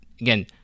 again